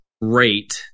rate